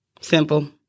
Simple